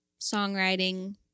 songwriting